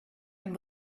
and